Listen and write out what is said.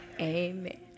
Amen